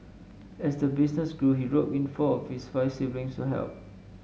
as the business grew he roped in four of his five siblings to help